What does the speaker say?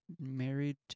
Married